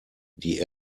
die